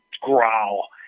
growl